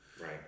right